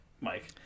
Mike